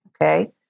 Okay